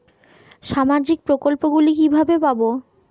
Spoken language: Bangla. সামাজিক প্রকল্প গুলি কিভাবে পাব?